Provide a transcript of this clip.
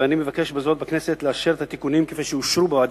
ואני מבקש בזאת מהכנסת לאשר את התיקונים כפי שאושרו בוועדה